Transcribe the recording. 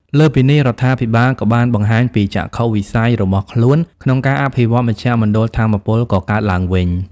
លើសពីនេះ រដ្ឋាភិបាលក៏បានបង្ហាញពីចក្ខុវិស័យរបស់ខ្លួនក្នុងការអភិវឌ្ឍមជ្ឈមណ្ឌលថាមពលកកើតឡើងវិញ។